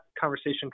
conversation